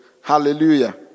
Hallelujah